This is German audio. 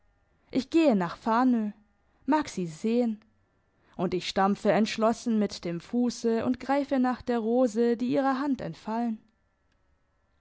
ich gehe nach fanö mag sie sehen und ich stampfe entschlossen mit dem fusse und greife nach der rose die ihrer hand entfallen